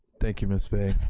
thank you miss bay,